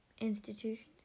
institutions